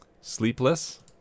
Sleepless